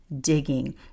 digging